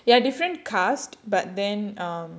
ya different cast but then um